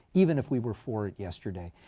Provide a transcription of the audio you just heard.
even if we were for it yesterday.